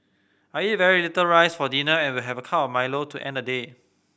I eat very little rice for dinner and will have a cup milo to end day